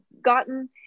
gotten